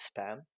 Spam